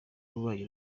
w’ububanyi